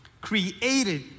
created